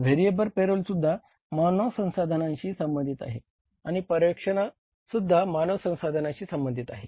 variable पेरोलसुद्धा मानव संसाधनाशी संबंधित आहे आणि पर्यवेक्षणसुद्धा मानव संसाधनाशी संबंधित आहे